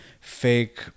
fake